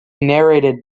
narrated